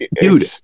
dude